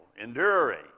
enduring